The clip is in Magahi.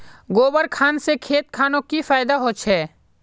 गोबर खान से खेत खानोक की फायदा होछै?